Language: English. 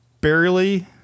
barely